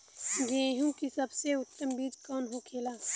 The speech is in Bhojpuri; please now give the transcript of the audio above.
गेहूँ की सबसे उत्तम बीज कौन होखेला?